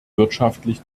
wirtschaftlich